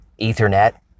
Ethernet